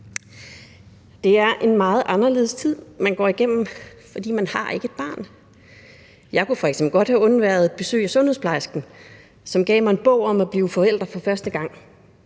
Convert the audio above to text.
Det er en meget anderledes tid, man går igennem, for man har ikke et barn. Jeg kunne f.eks. godt have undværet et besøg af sundhedsplejersken, som gav mig en bog om at blive forældre for første gang,